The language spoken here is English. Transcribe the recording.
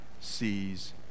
sees